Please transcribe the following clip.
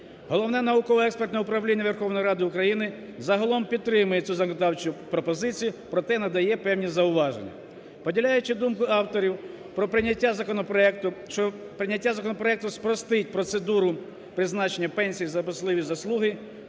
Головне науково-експертне управління Верховної Ради України загалом підтримує цю законодавчу пропозицію, проте, надає певні зауваження. Поділяючи думку авторів, про прийняття законопроекту, що прийняття законопроекту спростить процедуру призначення пенсій за особливі заслуги,